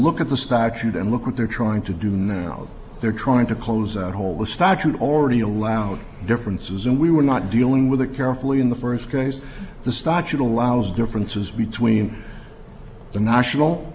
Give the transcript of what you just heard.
look at the statute and look what they're trying to do now they're trying to close a hole the statute already allowed differences and we were not dealing with it carefully in the first case the statute allows differences between the national